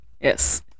yes